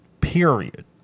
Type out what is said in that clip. period